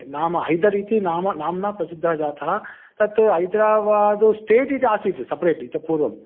नाम हैदर् इति नाम नाम्ना प्रसिद्धः जातः तत् हैदराबादः स्टेट् इति आसीत् सप्रेट् इतः पूर्वम्